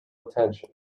attention